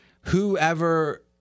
whoever